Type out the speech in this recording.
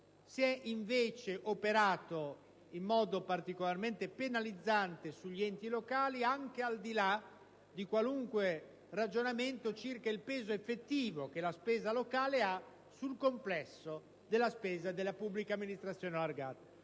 Si è invece operato in modo particolarmente penalizzante sugli enti locali, anche al di là di qualunque ragionamento circa il peso effettivo della spesa locale sulla spesa complessiva della pubblica amministrazione allargata.